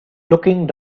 looking